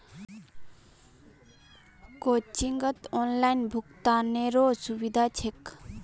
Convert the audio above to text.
कोचिंगत ऑनलाइन भुक्तानेरो सुविधा छेक